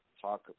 talk